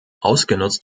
ausgenutzt